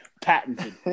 Patented